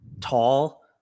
Tall